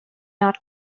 not